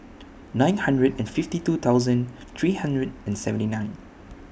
nine hundred and fifty two thousand three hundred and seventy nine